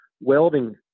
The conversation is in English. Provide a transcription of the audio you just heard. welding